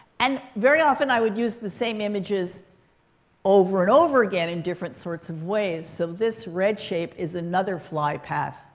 and very often, i would use the same images over and over again in different sorts of ways. so this red shape is another fly path.